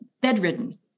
bedridden